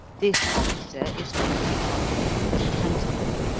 this officer is called the archbishop of canterbury.